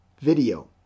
Video